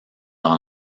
dans